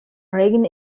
regen